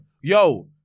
Yo